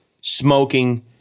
smoking